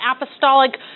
apostolic